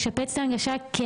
לשפץ את ההנגשה,